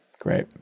Great